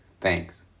Thanks